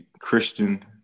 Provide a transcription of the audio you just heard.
Christian